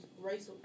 racial